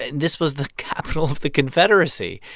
this was the capital of the confederacy.